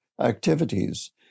activities